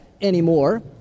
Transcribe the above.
anymore